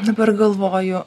dabar galvoju